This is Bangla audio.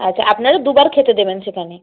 আচ্ছা আপনারা দু বার খেতে দেবেন সেখানে